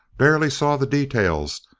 barely saw the details,